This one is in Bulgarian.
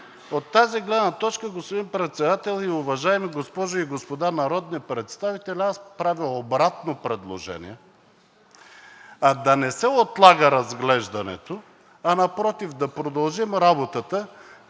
От тази гледна точка, господин Председател и уважаеми госпожи и господа народни представители, аз правя обратно предложение да не се отлага разглеждането, а напротив, да продължим работата,